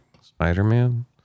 Spider-Man